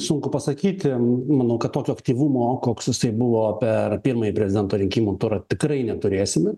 sunku pasakyti manau kad tokio aktyvumo koks jisai buvo per pirmąjį prezidento rinkimų turą tikrai neturėsime